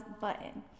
button